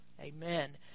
Amen